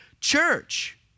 church